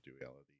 duality